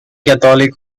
catholic